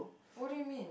what do you mean